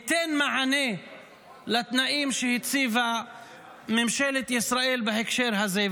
זה גם ייתן מענה לתנאים שהציבה ממשלת ישראל בהקשר הזה.